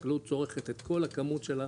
החקלאות צורכת את כל הכמות שלה,